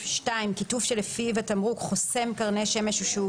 (2)כיתוב שלפיו התמרוק,(א) חוסם קרני שמש או שהוא